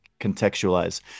contextualize